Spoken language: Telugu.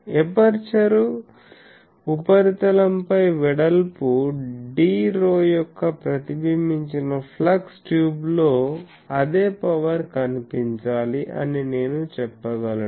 ఎపర్చరు ఉపరితలంపై వెడల్పు dρ యొక్క ప్రతిబింబించిన ఫ్లక్స్ ట్యూబ్లో అదే పవర్ కనిపించాలి అని నేను చెప్పగలను